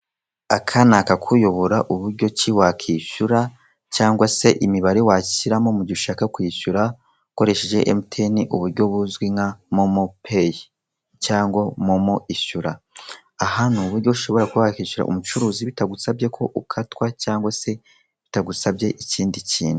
Aka ni akakuyobora uburyo ki wakishyura cyangwa se imibare washyiramo mu gihe ushaka kwishyura ukoresheje emutiyeni uburyo buzwi nka momo peyi, cyangwa momo ishyura. Aha ni uburyo ushobora kuba wakishyura umucuruzi bitagusabye ko ukatwa cyangwa se bitagusabye ikindi kintu.